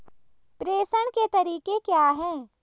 प्रेषण के तरीके क्या हैं?